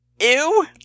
Ew